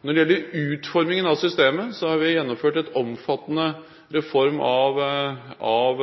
Når det gjelder utformingen av systemet, har vi gjennomført en omfattende reform av